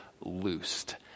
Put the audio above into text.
loosed